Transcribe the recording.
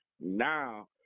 now